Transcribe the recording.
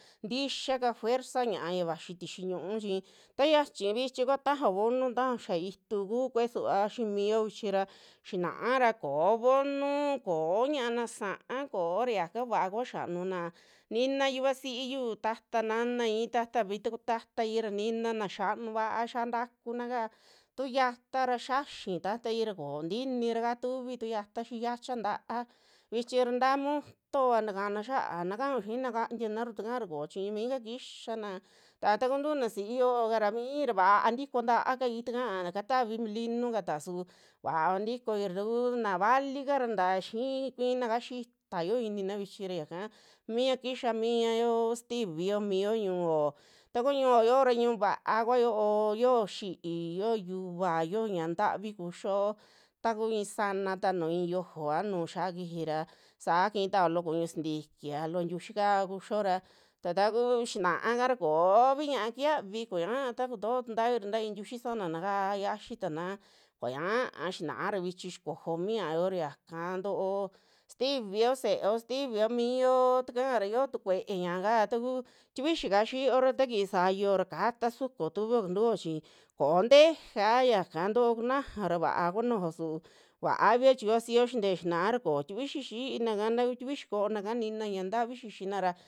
Ntixia kafuerza ñaa ya vaxi tixii ñu'u chi taxiachi vichi kua tajao voono tajao xia itu kukuee suvao xii mio vichi ra xinxaa ra koo voonu, koo ña'ana sa'a koo ra yaka vaa kua xianuna, nina yuvasiyu, tata, nanai tata vi- taku tataira nina naa xianu vaa xuaa ntakuna kaa tuxiata ra xiaxi tatai ra kontiini raka tuvitu xiata xacha nta'a vichi ra taa moto takana xiaa, nakaun xina kantianaru taka ra koo chiñumi ka kixiana, ta takuuntu na si'iyo kara mii ra vaa ntiko nta;a kaui tukaa katavi molinu kaata su vaava ntikoi ra, takuu navikara nta xii kuininaka xita yio inina vichi ra yaka mia kixa miyao sintivio mio ñu'uo takuu ñio yo'ora ñiun vaa kua xio'o yo'o xií, xio yuva, yoo ñaa ntavi kuxio taku i'i sanata nuu i'i yojo a nuu xia kijira saa kiitao loo kuñu sintikia, loo tiuxika kuxio ra, ta takuu xinaaka ra koovi ñiaa kixavi kuña tukutoo tuntavi ra ta i'i tiuxi sanana ka xiaxi tana koñaa xinaara vichi xikojo mi ña'ayo ra yaka ntoo, sitivio seeo, sitivio miyo takara xiotu kue ñiaka taku tikuxi ka xiora takii sayuo ra kata sukuo tuvio kantuo chi koo ntejea yaka ntoo kunajao ra va'a kua nujuo su vaavia chi yuvasio xintee xinaara koo tukuixi xiinaka, ntaku tikuxi koonaka nina ñaa ntavi xixina ra.